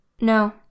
No